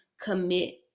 commit